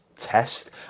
test